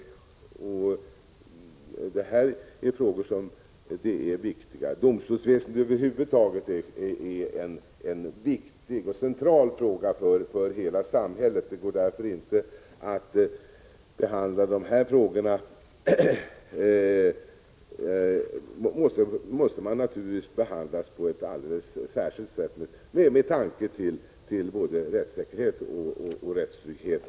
151 Detta är viktiga frågor. Domstolsväsendet över huvud taget är en viktig och central fråga för hela samhället. De frågorna måste därför naturligtvis behandlas på ett alldeles särskilt sätt, med tanke på både rättssäkerhet och rättstrygghet.